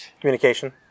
communication